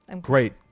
Great